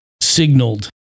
signaled